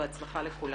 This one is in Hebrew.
בהצלחה לכולם.